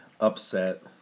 upset